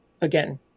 again